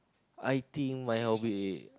I think my hobby